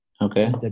Okay